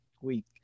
week